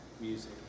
music